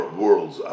worlds